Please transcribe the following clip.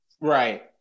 Right